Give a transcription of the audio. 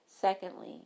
Secondly